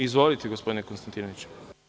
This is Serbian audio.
Izvolite, gospodine Konstantinoviću.